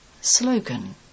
Slogan